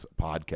podcast